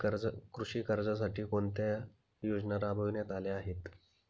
कृषी कर्जासाठी कोणत्या योजना राबविण्यात आल्या आहेत?